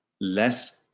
Less